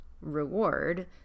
reward